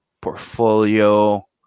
portfolio